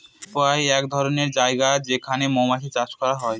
apiary এক ধরনের জায়গা যেখানে মৌমাছি চাষ করা হয়